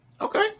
Okay